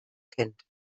kennt